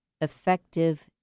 effective